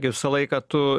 gi visą laiką tu